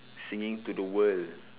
singing to the world